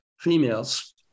females